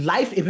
Life